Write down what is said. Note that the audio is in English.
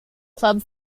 club